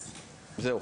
זהו.